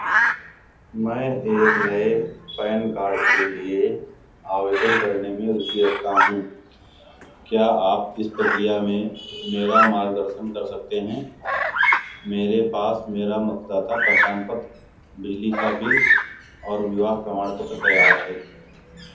मैं एक नए पैन कार्ड के लिए आवेदन करने में रुचि रखता हूँ क्या आप इस प्रक्रिया में मेरा मार्गदर्शन कर सकते हैं मेरे पास मेरा मतदाता पहचान पत्र बिजली का बिल और विवाह प्रमाणपत्र तैयार है